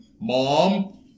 mom